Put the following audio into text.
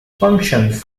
functions